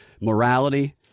morality